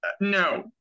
No